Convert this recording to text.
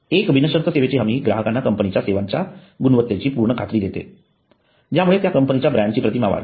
एक बिनशर्त सेवेची हमी ग्राहकांना कंपनीच्या सेवांच्या गुणवत्तेची पूर्ण खात्री देते ज्यामुळे त्या कंपनीच्या ब्रँड ची प्रतिमा वाढते